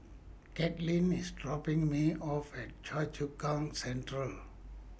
Katelin IS dropping Me off At Choa Chu Kang Central